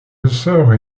ressort